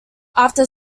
after